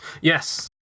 Yes